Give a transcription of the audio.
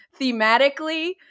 thematically